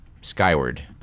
skyward